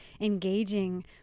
engaging